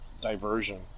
diversion